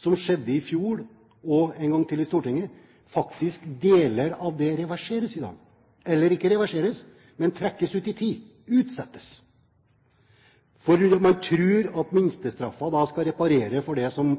som skjedde i fjor – og en gang til i Stortinget – reverseres faktisk deler av dette i dag, eller ikke reverseres, men trekkes ut i tid, utsettes, for man tror at minstestraffen da skal reparere for det som